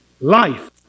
life